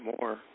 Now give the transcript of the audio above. more